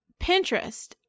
Pinterest